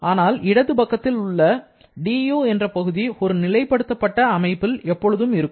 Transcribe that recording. ஆனால் இடது பக்கத்தில் உள்ள dU என்ற பகுதி ஒரு நிலைப்படுத்தப்பட்ட அமைப்பில் எப்பொழுதும் இருக்கும்